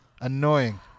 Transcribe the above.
Annoying